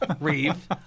Reeve